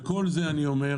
ואת כל זה אני אומר